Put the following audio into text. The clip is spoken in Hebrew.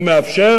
הוא מאפשר,